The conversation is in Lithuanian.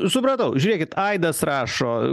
supratau žiūrėkit aidas rašo